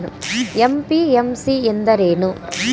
MPMC ಎಂದರೇನು?